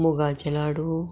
मुगाचें लाडू